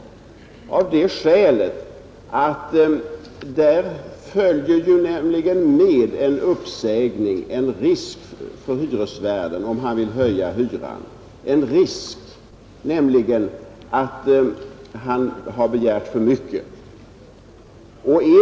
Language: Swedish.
Med en uppsägning följer vissa risker för husvärden om han har höjt hyran för mycket.